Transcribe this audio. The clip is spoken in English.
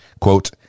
Quote